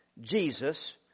Jesus